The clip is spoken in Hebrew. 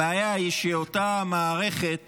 הבעיה היא שאותה מערכת